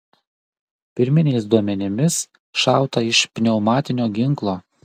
pirminiais duomenimis šauta iš pneumatinio ginklo